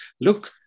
Look